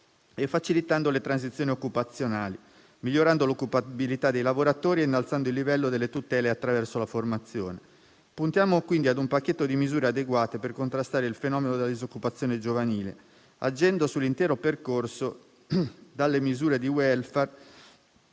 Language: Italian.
e facilitando le transizioni occupazionali; migliorando l'occupabilità dei lavoratori e innalzando il livello delle tutele attraverso la formazione. Puntiamo quindi ad un pacchetto di misure adeguate per contrastare il fenomeno della disoccupazione giovanile, agendo sull'intero percorso che dalle misure di *welfare*